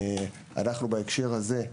בהקשר הזה,